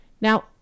Now